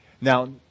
Now